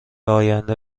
آینده